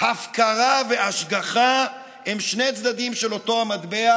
הפקרה והשגחה, הם שני צדדים של אותו מטבע,